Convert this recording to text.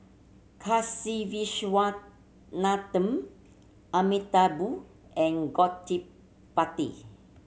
Kasiviswanathan Amitabh and Gottipati